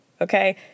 Okay